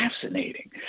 Fascinating